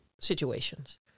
situations